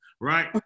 right